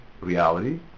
reality